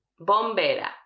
Bombera